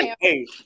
Hey